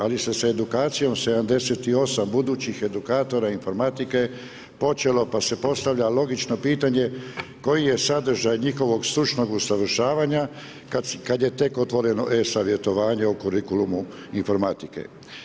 Ali se sa edukacijom 78 budućih edukatora informatike počelo pa se postavlja logično pitanje koji je sadržaj njihovog stručnog usavršavanja kada je tek otvoreno e-savjetovanje u kurikulumu informatike.